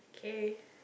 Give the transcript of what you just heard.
okay